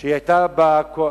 שהיא היתה בממשלה